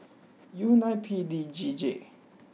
U nine P D G J